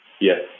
Yes